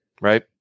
Right